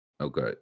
Okay